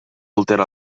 altera